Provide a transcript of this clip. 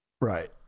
Right